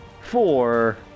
Four